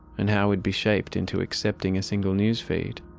and how we'd be shaped into accepting a single news feed.